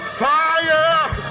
fire